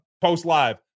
post-live